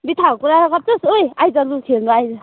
बित्था हावाको कुरा गर्छस् ओइ आइज लु खेल्नु आइज